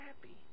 happy